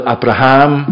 Abraham